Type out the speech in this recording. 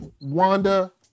Wanda